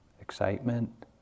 excitement